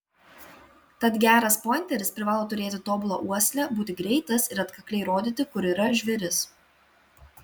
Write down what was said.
tad geras pointeris privalo turėti tobulą uoslę būti greitas ir atkakliai rodyti kur yra žvėris